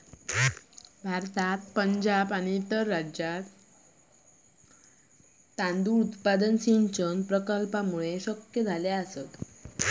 भारतात पंजाब इत्यादी राज्यांत तांदूळ उत्पादन सिंचन प्रकल्पांमुळे शक्य झाले आसा